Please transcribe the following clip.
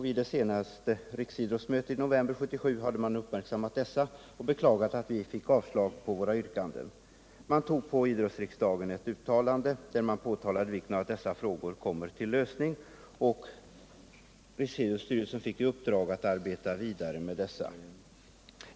Vid det senaste riksidrottsmötet i november 1977 hade man uppmärksammat dessa motioner och beklagade att vi fått avslag på våra yrkanden. Idrottsriksdagen antog ett uttalande där man påtalade vikten av att dessa frågor finner en lösning, och Riksidrottsstyrelsen fick i uppdrag att arbeta vidare med dem.